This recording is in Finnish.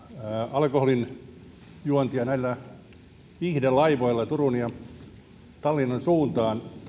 alkoholin juontia viihdelaivoilla tukholman ja tallinnan suuntaan